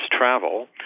travel